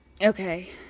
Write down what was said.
Okay